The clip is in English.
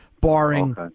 barring